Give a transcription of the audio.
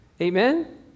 Amen